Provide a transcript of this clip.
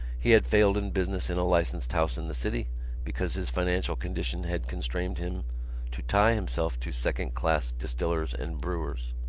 he had failed in business in a licensed house in the city because his financial condition had constrained him to tie himself to second-class distillers and brewers.